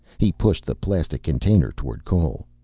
he pushed the plastic container toward cole.